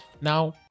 now